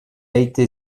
été